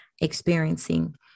experiencing